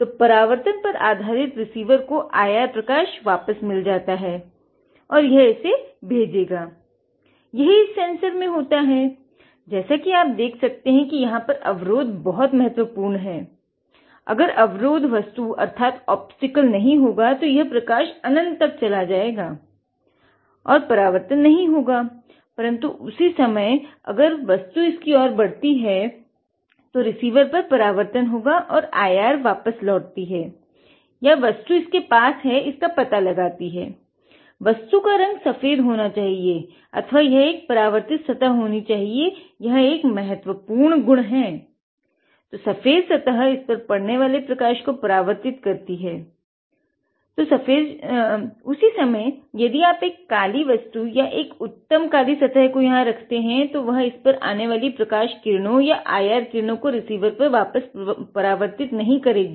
तो परावर्तन पर आधारित रिसीवर पर परावर्तित नही करेगा